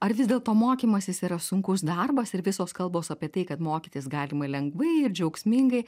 ar vis dėlto mokymasis yra sunkus darbas ir visos kalbos apie tai kad mokytis galima lengvai ir džiaugsmingai